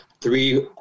three